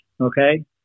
Okay